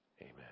Amen